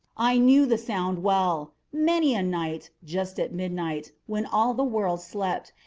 i knew the sound well. many a night, just at midnight, when all the world slept,